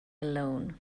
alone